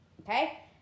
okay